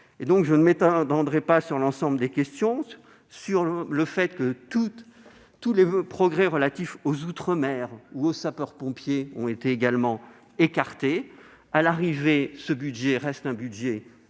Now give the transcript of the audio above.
Je ne m'étendrai pas sur l'ensemble des questions, notamment sur le fait que tous les progrès relatifs aux outre-mer ou aux sapeurs-pompiers ont été également écartés. À l'arrivée, ce budget reste un budget